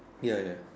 ya ya